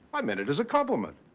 i meant it as a compliment.